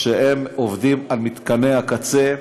שהם עובדים על מתקני הקצה.